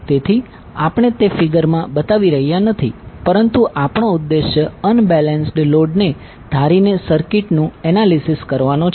તેથી આપણે તે ફિગરમાં બતાવી રહ્યા નથી પરંતુ આપણો ઉદ્દેશ અનબેલેન્સ્ડ લોડને ધારીને સર્કિટનું એનાલીસીસ કરવાનો છે